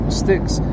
sticks